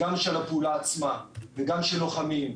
גם של הפעולה עצמה וגם של לוחמים,